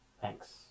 Thanks